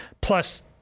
plus